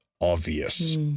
obvious